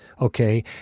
Okay